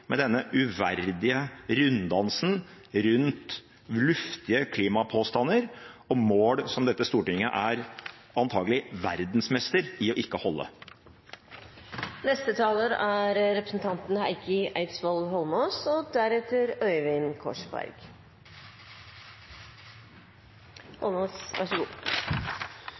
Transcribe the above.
med denne uverdige runddansen rundt luftige klimapåstander og mål som dette stortinget antakelig er verdensmester i ikke å